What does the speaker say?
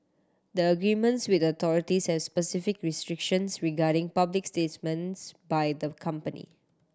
the agreements with the authorities has specific restrictions regarding public statements by the company